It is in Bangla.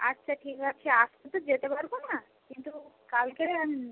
আচ্ছা ঠিক আছে আজকে তো যেতে পারবো না কিন্তু কালকেরে আম